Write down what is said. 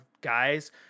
guys